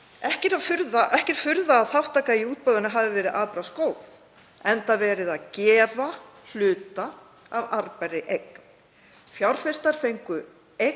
Ekki er furða að þátttaka í útboðinu hafi verið afbragðsgóð, enda verið að gefa hluta af arðbærri eign. Fjárfestar fengu eign